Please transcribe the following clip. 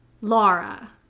Laura